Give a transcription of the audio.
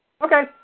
Okay